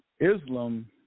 Islam